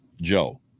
Joe